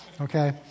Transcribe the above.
okay